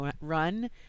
run